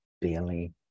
barely